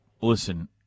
listen